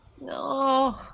No